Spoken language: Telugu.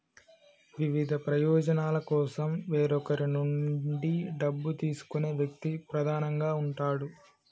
వివిధ ప్రయోజనాల కోసం వేరొకరి నుండి డబ్బు తీసుకునే వ్యక్తి ప్రధానంగా ఉంటాడు